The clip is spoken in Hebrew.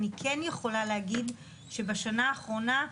אני יכולה להגיד שבשנה האחרונה,